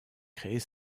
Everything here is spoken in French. créer